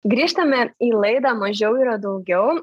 grįžtame į laidą mažiau yra daugiau